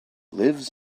lives